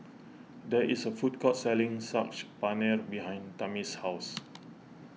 there is a food court selling Saag Paneer behind Tamie's house